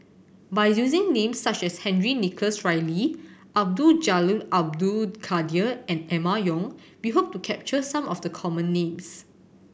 by using names such as Henry Nicholas Ridley Abdul Jalil Abdul Kadir and Emma Yong we hope to capture some of the common names